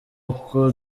uko